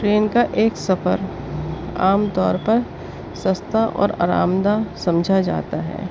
train کا ایک سفر عام طور پر سستا اور آرام دہ سمجھا جاتا ہے